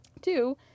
two